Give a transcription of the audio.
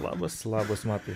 labas labas matai